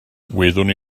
wyddwn